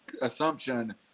assumption